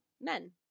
men